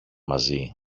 μαζί